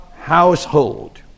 household